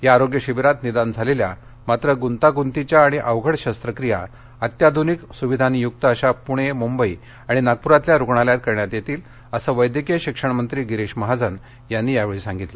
या आरोग्य शिबिरात निदान झालेल्या पण गुंतागुंतीच्या आणि अवघड शस्त्रक्रिया अत्याधुनिक सुविधांनी युक्त अशा पुणे मुंबई आणि नागपुरातल्या रूग्णालयात करण्यात येतील असं वैद्यकीय शिक्षणमंत्री गिरीश महाजन यांनी यावेळी सांगितलं